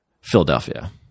Philadelphia